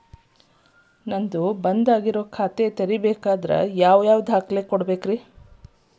ನಾನ ಒಂದ್ ಖಾತೆ ತೆರಿಬೇಕಾದ್ರೆ ಯಾವ್ಯಾವ ದಾಖಲೆ ಕೊಡ್ಬೇಕ್ರಿ?